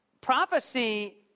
prophecy